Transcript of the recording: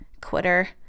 Quitter